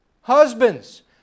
Husbands